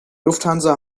lufthansa